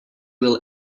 will